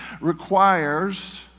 requires